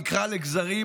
נקרע לגזרים,